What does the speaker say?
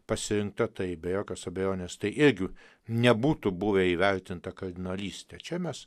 pasirinkta tai be jokios abejonės tai irgi nebūtų buvę įvertinta kaip narystė čia mes